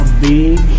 big